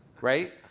right